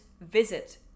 visit